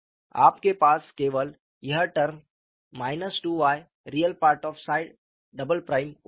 आपके पास केवल यह टर्म 2yRe𝜳″ उपलब्ध था